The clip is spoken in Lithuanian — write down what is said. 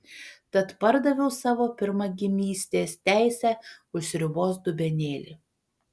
tad pardaviau savo pirmagimystės teisę už sriubos dubenėlį